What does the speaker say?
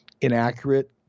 inaccurate